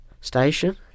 station